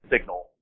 Signal